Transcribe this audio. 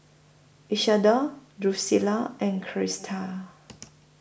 Isadore Drucilla and Crista